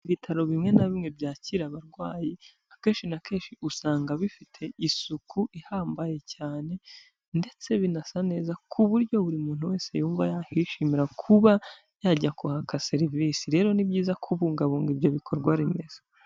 Ibitaro bimwe na bimwe byakira abarwayi, akenshi na kenshi usanga bifite isuku ihambaye cyane, ndetse binasa neza ku buryo buri muntu wese yumva yakwishimira kuba yajya kwaka serivisi, rero ni byiza kubungabunga ibyo bikorwa remezo.